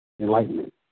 Enlightenment